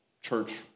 church